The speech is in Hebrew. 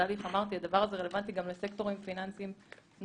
צריך לעשות תיאום עם כל הגורמים הרלוונטיים על ההיבטים האלה.